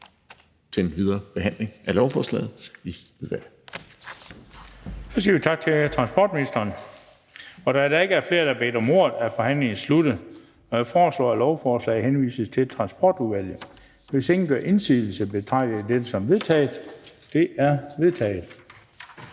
Den fg. formand (Bent Bøgsted): Så siger vi tak til transportministeren. Da der ikke er flere, der har bedt om ordet, er forhandlingen sluttet. Jeg foreslår, at lovforslaget henvises til Transportudvalget. Hvis ingen gør indsigelse, betragter jeg dette som vedtaget. Det er vedtaget.